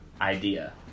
idea